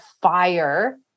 fire